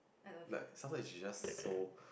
like sometimes she just so